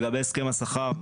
לגבי הסכם השכר,